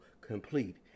complete